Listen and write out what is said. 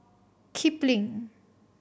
kipling